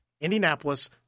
Indianapolis